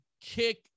Kick